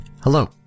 Hello